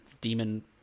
demon